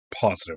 positive